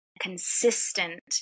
consistent